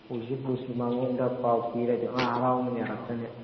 ꯄꯨꯁꯤ ꯄꯨꯁꯤ ꯃꯥꯉꯣꯟꯗ ꯄꯥꯎ ꯄꯤꯔꯗꯤ ꯃꯥ ꯍꯔꯥꯎꯅ ꯌꯥꯔꯛꯀꯅꯤ